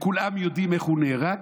וכולם יודעים איך הוא נהרג,